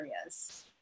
areas